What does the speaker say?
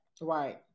right